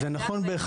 זה נכון,